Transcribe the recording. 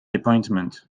appointment